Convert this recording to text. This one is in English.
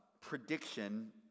Prediction